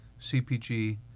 CPG